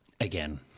Again